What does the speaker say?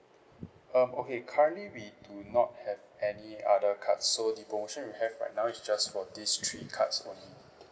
um okay currently we do not have any other cards so the promotion we have right now is just for these three cards only